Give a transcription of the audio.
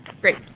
Great